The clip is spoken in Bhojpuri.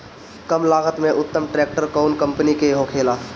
कम लागत में उत्तम ट्रैक्टर कउन कम्पनी के होखेला?